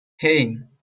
hey